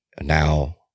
now